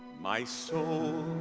my soul,